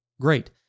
great